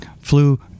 flu